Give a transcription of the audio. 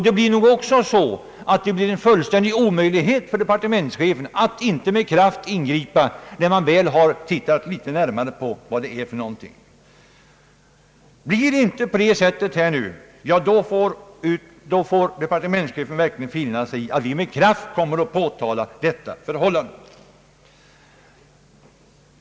Det blir nog en fullständig omöjlighet för departementschefen att inte med kraft ingripa, när han väl har tittat litet närmare på detta. Blir det inte på det sättet som jag skisserat här, då får departementschefen verkligen finna sig i att vi med kraft kommer att påtala detta förhållande.